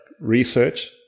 research